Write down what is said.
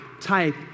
type